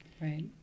Right